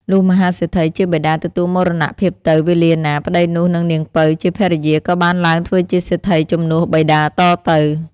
លុះមហាសេដ្ឋីជាបិតាទទួលមរណភាពទៅវេលាណា ប្ដីនោះនិងនាងពៅជាភរិយា ក៏បានឡើងធ្វើជាសេដ្ឋីជំនួសបិតាតទៅ។